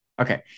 Okay